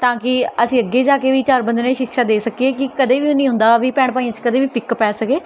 ਤਾਂ ਕਿ ਅਸੀਂ ਅੱਗੇ ਜਾ ਕੇ ਵੀ ਚਾਰ ਬੰਦੇ ਨੂੰ ਇਹ ਸ਼ਿਕਸ਼ਾ ਦੇ ਸਕੀਏ ਕਿ ਕਦੇ ਵੀ ਨਹੀਂ ਹੁੰਦਾ ਵੀ ਭੈਣ ਭਾਈਆਂ 'ਚ ਕਦੇ ਵੀ ਫਿੱਕ ਪੈ ਸਕੇ